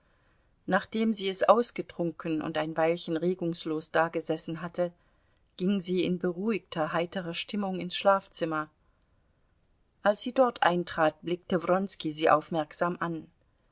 nachdem sie es ausgetrunken und ein weilchen regungslos dagesessen hatte ging sie in beruhigter heiterer stimmung ins schlafzimmer als sie dort eintrat blickte wronski sie aufmerksam an